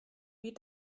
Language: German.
wie